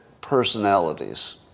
personalities